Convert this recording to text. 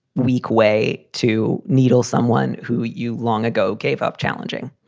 weak way to needle someone who you long ago gave up challenging.